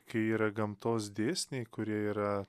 kai yra gamtos dėsniai kurie yra